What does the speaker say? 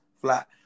flat